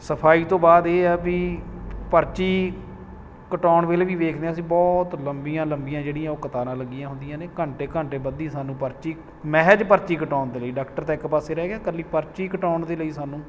ਸਫ਼ਾਈ ਤੋਂ ਬਾਅਦ ਇਹ ਹੈ ਵੀ ਪਰਚੀ ਕਟਵਾਉਣ ਵੇਲੇ ਵੀ ਦੇਖਦੇ ਹਾਂ ਅਸੀਂ ਬਹੁਤ ਲੰਬੀਆਂ ਲੰਬੀਆਂ ਜਿਹੜੀਆਂ ਉਹ ਕਤਾਰਾਂ ਲੱਗੀਆਂ ਹੁੰਦੀਆਂ ਨੇ ਘੰਟੇ ਘੰਟੇ ਬੱਧੀ ਸਾਨੂੰ ਪਰਚੀ ਮਹਿਜ ਪਰਚੀ ਕਟਵਾਉਣ ਦੇ ਲਈ ਡਾਕਟਰ ਤਾਂ ਇੱਕ ਪਾਸੇ ਰਹਿ ਗਿਆ ਇਕੱਲੀ ਪਰਚੀ ਕਟਵਾਉਣ ਦੇ ਲਈ ਸਾਨੂੰ